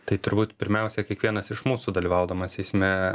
tai turbūt pirmiausia kiekvienas iš mūsų dalyvaudamas eisme